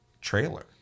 trailer